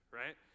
right